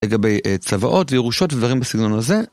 לגבי צוואות, ירושות ודברים בסגנון הזה.